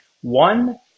One